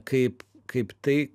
kaip kaip tai